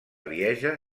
lieja